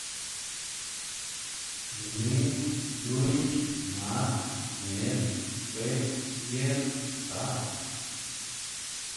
Doming, lunx, mart, mierk, juebs, biern, sabd.